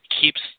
keeps